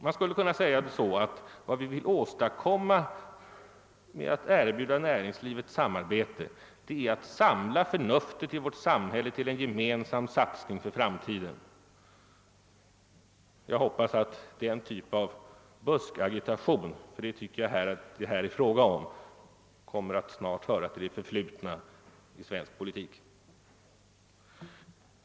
Man skulle kunna säga att vad vi vill åstadkomma med att erbjuda näringslivet samarbete är att samla förnuftet i vårt samhälle till en gemensam satsning för framtiden. Jag hoppas att den typ av buskagitation — ty sådan är det här fråga om — snart kommer att böra till det förflutna i svensk politik.